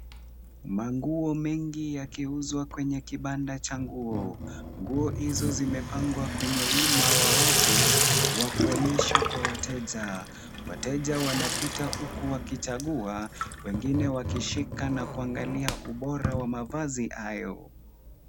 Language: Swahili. Manguo mengi yakiuzwa kwenye kibanda cha nguo. Nguo hizo zimepangwa kwenye wima wa wavu wa kuonyesha kwa wateja. Wateja wanapita huku wakichagua, wengine wakishika na kuangalia ubora wa mavazi hayo.